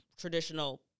traditional